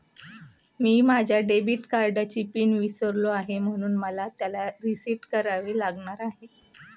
मी माझ्या डेबिट कार्डचा पिन विसरलो आहे म्हणून मला त्याला रीसेट करावे लागणार आहे